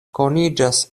koniĝas